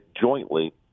jointly